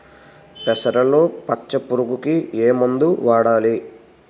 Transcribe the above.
పెసరలో పచ్చ పురుగుకి ఏ మందు వాడాలి?